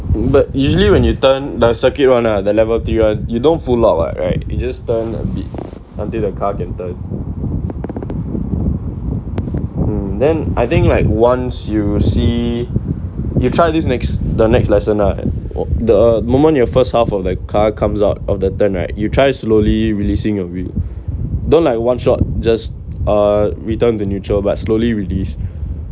but usually when you turn the circuit one lah the level three one you don't full out what right you just turn a bit until the car can turn mm then I think like once you see you try this next the next lesson lah the moment your first half of the car comes out of the turn right you try slowly releasing your wheel don't like one shot just uh return to neutral but slowly release